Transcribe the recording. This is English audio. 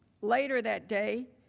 later that day,